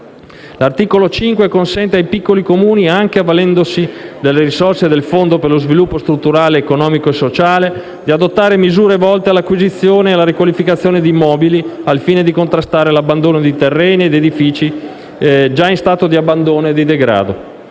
L'articolo 5 consente ai piccoli Comuni, anche avvalendosi delle risorse del Fondo per lo sviluppo strutturale, economico e sociale, di adottare misure volte all'acquisizione e alla riqualificazione di immobili al fine di contrastare l'abbandono di terreni e di edifici in stato di abbandono o di degrado.